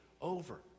over